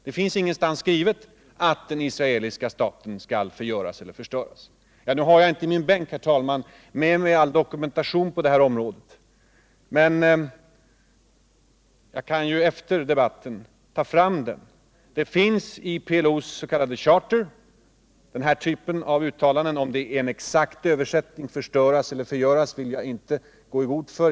Det finns ingenstans skrivet att den israeliska staten skall förgöras eller förstöras. Nu har jag inte med mig all dokumentation på det här området, herr talman, men jag kan ju efter debatten ta fram det. I PLO:s s.k. charter finns den här typen av uttalanden. Om orden förstöras eller förgöras är en exakt översättning vill jag inte gå i god för.